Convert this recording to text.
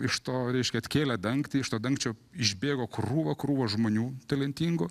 iš to reiškia atkėlė dangtį iš to dangčio išbėgo krūva krūva žmonių talentingų